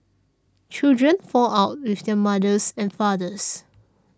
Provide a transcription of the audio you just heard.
children fall out with their mothers and fathers